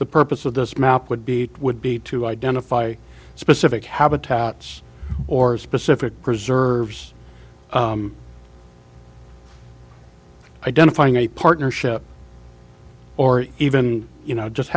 the purpose of this map would be would be to identify specific habitats or specific preserves identifying a partnership or even you know just